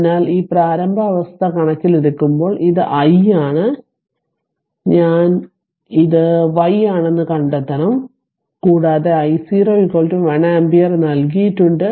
അതിനാൽ ആ പ്രാരംഭ അവസ്ഥ കണക്കിലെടുക്കുമ്പോൾ ഇത് I ആണ് ഇത് ഞാൻ y ആണെന്ന് കണ്ടെത്തണം കൂടാതെ I0 1 ആമ്പിയർ നൽകിയിട്ടുണ്ട്